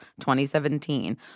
2017